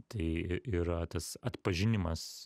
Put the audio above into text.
tai i yra tas atpažinimas